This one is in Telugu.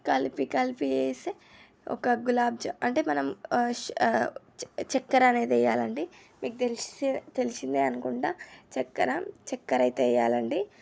కలిపి కలిపి చేస్తే ఒక గులాబ్జా అంటే మనం షా చ చక్కెర అనేది వెయ్యాలండి మీకు తెలిస్తే తెలిసిందే అనుకుంటా చక్కెర చక్కెర అయితే వెయ్యాలండి